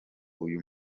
uyu